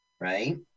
right